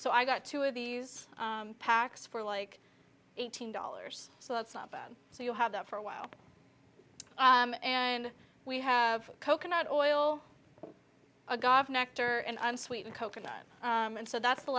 so i got two of these packs for like eighteen dollars so that's not bad so you'll have that for a while and we have coconut oil a god nectar and i'm sweet and coconut and so that's the